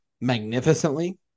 magnificently